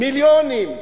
מיליונים,